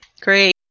Great